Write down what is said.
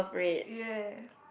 ya